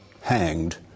hanged